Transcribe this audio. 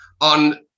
on